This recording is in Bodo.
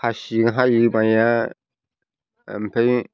खासिजों हायो माया ओमफ्राय